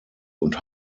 und